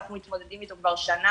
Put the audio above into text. אנחנו מתמודדים איתו כבר שנה.